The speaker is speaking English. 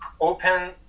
open